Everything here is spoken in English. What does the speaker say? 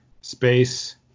space